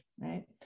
right